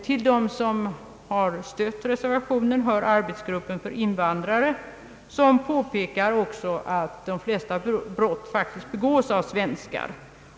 Till dem som stött reservationen hör arbetsgruppen för invandrare, som också påpekar att de flesta brott faktiskt begås av svenskar.